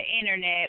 Internet